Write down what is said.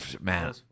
Man